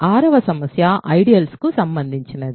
6వ సమస్య ఐడియల్స్ కు సంబంధించినది